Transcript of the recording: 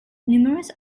numerous